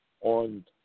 on